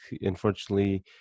unfortunately